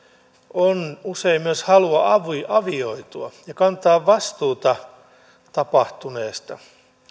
on usein myös halua avioitua avioitua ja kantaa vastuuta tapahtuneesta